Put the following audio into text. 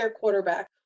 quarterback